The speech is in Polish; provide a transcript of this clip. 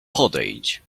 podejdź